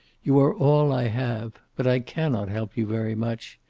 you are all i have. but i cannot help you very much.